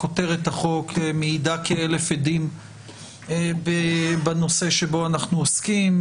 כותרת החוק מעידה כאלף עדים בנושא שבו אנחנו עוסקים.